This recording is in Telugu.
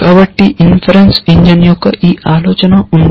కాబట్టి ఇన్ఫరన్స ఇంజిన్ యొక్క ఈ ఆలోచన ఉంది